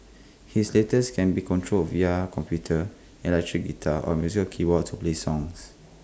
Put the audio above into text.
his latest can be controlled via computer electric guitar or musical keyboards to play songs